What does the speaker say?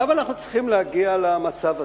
למה אנחנו צריכים להגיע למצב הזה?